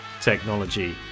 technology